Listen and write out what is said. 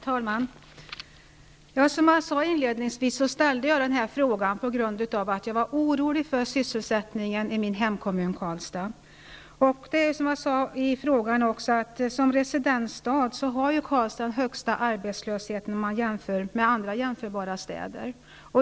Herr talman! Som jag sade inledningsvis, ställde jag den här frågan på grund av att jag var orolig för sysselsättningen i min hemkommun Karlstad. Som residensstad har Karlstad den högsta arbetslösheten bland jämförbara städer.